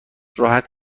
راحت